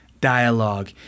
dialogue